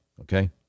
Okay